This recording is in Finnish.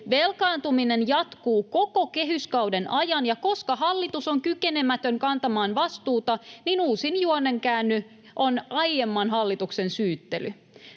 Velkaantuminen jatkuu koko kehyskauden ajan, ja koska hallitus on kykenemätön kantamaan vastuuta, niin uusin juonenkäänne on aiemman hallituksen syyttely.